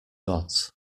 gods